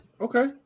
Okay